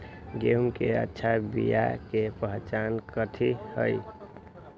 गेंहू के अच्छा बिया के पहचान कथि हई?